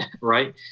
right